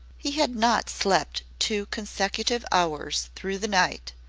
he had not slept two consecutive hours through the night,